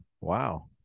Wow